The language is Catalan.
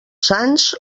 sants